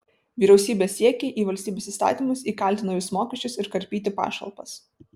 vyriausybės siekiai į valstybės įstatymus įkalti naujus mokesčius ir karpyti pašalpas